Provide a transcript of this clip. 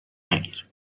نگیر